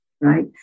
right